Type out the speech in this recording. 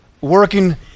Working